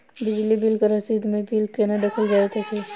बिजली बिल रसीद मे बिल केना देखल जाइत अछि?